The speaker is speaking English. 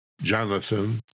Jonathan